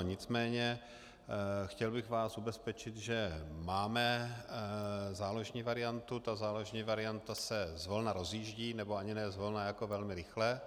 Nicméně chtěl bych vás ubezpečit, že máme záložní variantu, ta záložní varianta se zvolna rozjíždí, nebo ani ne zvolna jako velmi rychle.